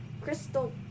Crystal